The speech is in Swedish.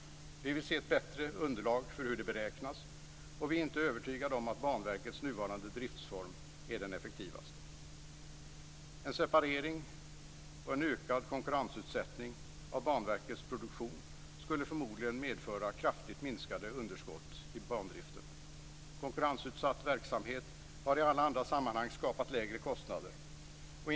Vi vill se ett bättre underlag för hur de beräknas, och vi är inte övertygade om att Banverkets nuvarande driftsform är den effektivaste. En separering och en ökad konkurrensutsättning av Banverkets produktion skulle förmodligen medföra kraftigt minskade underskott i bandriften. Konkurrensutsatt verksamhet har i alla andra sammanhang skapat lägre kostnader.